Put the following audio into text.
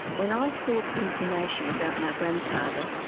when i sought information about my grandfather,